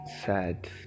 sad